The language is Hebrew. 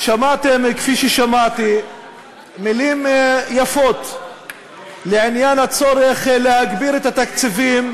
כפי ששמעתי מילים יפות בעניין הצורך להגדיל את התקציבים